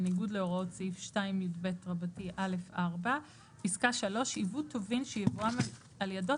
בניגוד להוראות סעיף 2יב(א)(4); (3)ייבא טובין שייבואם על ידו